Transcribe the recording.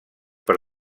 per